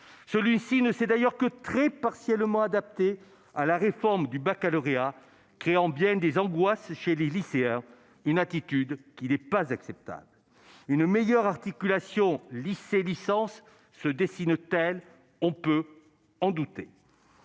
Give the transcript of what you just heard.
Celui-ci ne s'est d'ailleurs que très partiellement adapté à la réforme du baccalauréat, créant bien des angoisses chez les lycéens- et c'est une attitude qui n'est pas acceptable. Une meilleure articulation entre lycée et licence se dessine-t-elle ? On peut en douter.